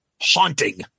haunting